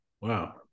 Wow